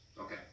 Okay